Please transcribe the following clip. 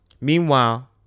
Meanwhile